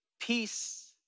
peace